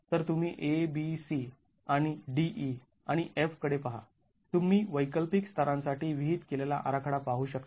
तर तुम्ही a b c आणि d e आणि f कडे पहा तुम्ही वैकल्पिक स्तरांसाठी विहित केलेला आराखडा पाहू शकता